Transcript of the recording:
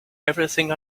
everything